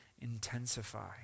intensify